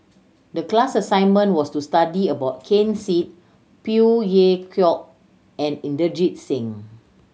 the class assignment was to study about Ken Seet Phey Yew Kok and Inderjit Singh